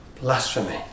blasphemy